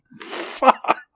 Fuck